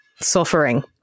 suffering